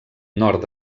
nord